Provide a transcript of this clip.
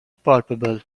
palpable